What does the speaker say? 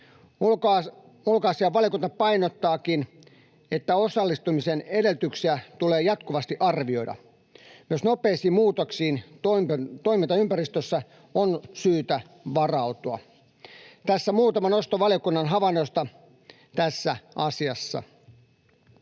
Ulkoasiainvaliokunta painottaakin, että osallistumisen edellytyksiä tulee jatkuvasti arvioida. Myös nopeisiin muutoksiin toimintaympäristössä on syytä varautua. Tässä muutama nosto valiokunnan havainnoista tässä asiassa.